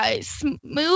smooth